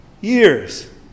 Years